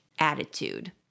Attitude